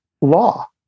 law